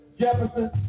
Jefferson